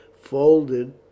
folded